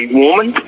woman